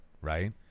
right